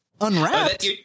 Unwrapped